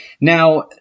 Now